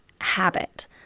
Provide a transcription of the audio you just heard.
habit